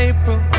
April